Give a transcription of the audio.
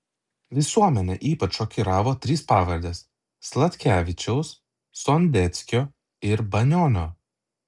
visuomenę ypač šokiravo trys pavardės sladkevičiaus sondeckio ir banionio